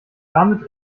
damit